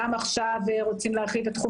גם עכשיו רוצים - החליטו להרחיב את תחום